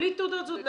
בלי תעודות זהות.